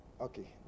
okay